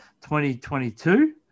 2022